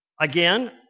again